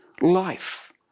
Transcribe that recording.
life